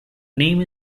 name